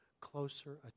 closer